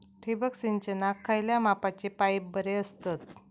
ठिबक सिंचनाक खयल्या मापाचे पाईप बरे असतत?